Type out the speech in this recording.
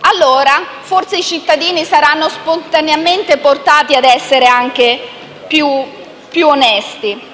Forse, allora, i cittadini saranno spontaneamente portati a essere anche più onesti.